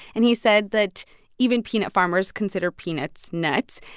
and he said that even peanut farmers consider peanuts nuts.